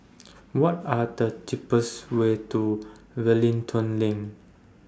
What Are The cheapest Way to Wellington LINK